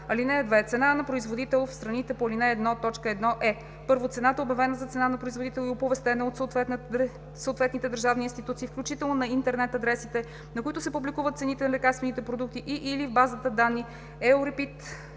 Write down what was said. цена. (2) Цена на производител в страните по ал. 1, т. 1 е: 1. цената, обявена за цена на производител и оповестена от съответните държавни институции, включително на интернет адресите, на които се публикуват цените на лекарствените продукти, и/или в базата данни